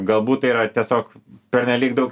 galbūt tai yra tiesiog pernelyg daug